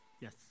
Yes